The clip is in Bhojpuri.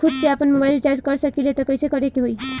खुद से आपनमोबाइल रीचार्ज कर सकिले त कइसे करे के होई?